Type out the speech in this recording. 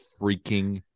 freaking